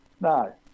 No